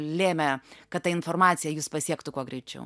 lėmė kad ta informacija jus pasiektų kuo greičiau